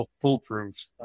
foolproof